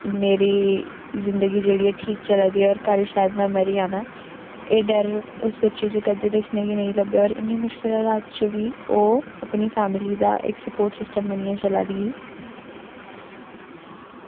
मेरी जिंदगी जेह्ड़ी ऐ ठीक चला दी ऐ होर कल्ल शायद में मरी जाना ऐ एह् डर उस बच्ची च कदें दिक्खने गी नेईं लब्भेआ होर इन्नी मु्श्कल च हालात च बी ओह् अपनी फैमली दा इक सपोर्ट सिस्टम बनियै चला दी ही